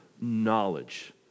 knowledge